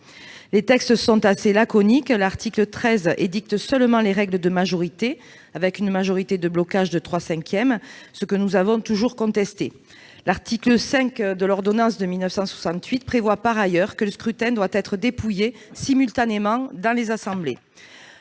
Les textes sont assez laconiques. L'article 13 de la Constitution édicte seulement les règles de majorité avec une majorité de blocage de trois cinquièmes, ce que nous avons toujours contesté. L'article 5 de l'ordonnance de 1958 prévoit par ailleurs que le scrutin doit être dépouillé simultanément dans les assemblées.